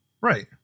Right